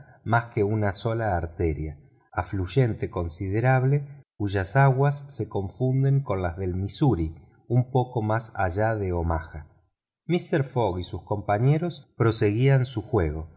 más que una sola arteria afluyente considerable cuyas aguas se confunden con las del missouri un poco más allá de omaha mister fogg y sus compañeros proseguían su juego